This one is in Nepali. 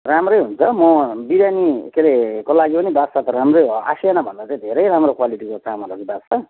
राम्रै हुन्छ म बिरियानी के अरे को लागि पनि बासा त राम्रै हो आसियाना भन्दा चाहिँ धेरै राम्रो क्वालिटीको चामल हो कि बासा